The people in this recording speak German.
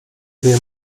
wir